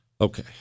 Okay